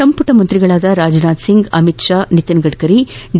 ಸಂಪುಟ ಸಚಿವರುಗಳಾದ ರಾಜನಾಥಸಿಂಗ್ ಅಮಿತ್ ಶಾ ನಿತಿನ್ ಗದ್ಕರಿ ಡಿ